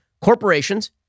corporations